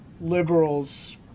liberals